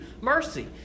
mercy